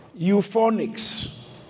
euphonics